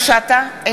נוכחת